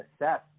assess